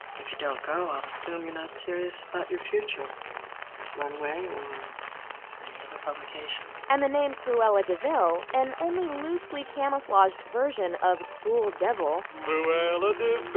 if you don't go, i'll assume you're not serious about your future, at runway or any other publication. and the name cruella devil an only loosely camouflaged version of cruel devil, cruella